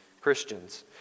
Christians